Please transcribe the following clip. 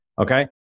Okay